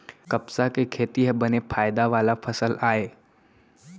कपसा के खेती ह बने फायदा वाला फसल आय